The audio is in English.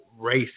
race